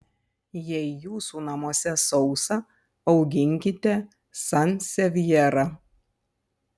jei jūsų namuose sausa auginkite sansevjerą